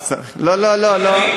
לא, לא, לא, לא.